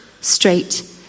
straight